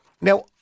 now